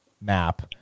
map